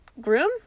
groom